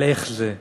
על איך זה,